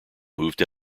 moved